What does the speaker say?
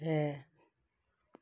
ਹੈ